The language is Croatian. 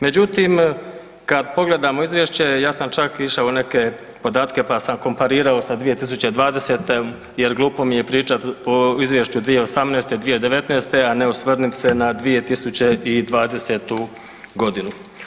Međutim, kada pogledamo Izvješće ja sam čak išao neke podatke pa sam komparirao sa 2020. jer glupo mi je pričati o Izvješću 2018., 2019. a ne osvrnem se na 2020. godinu.